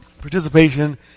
participation